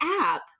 app